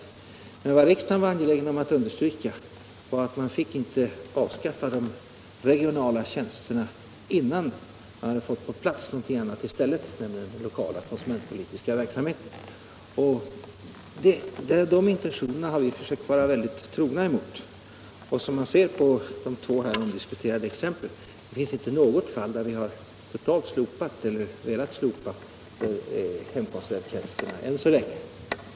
Riksdagen var emellertid angelägen om att understryka att man inte fick avskaffa de regionala tjänsterna innan man hade fått någonting annat på plats i stället, nämligen den lokala konsumentpolitiska verksamheten. De intentionerna har vi försökt vara trogna emot. Som man kan se av de två här omdiskuterade exemplen finns det inte något fall där vi har totalt slopat eller velat slopa hemkonsulenttjänsterna än så länge.